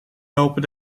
lopen